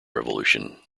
revolution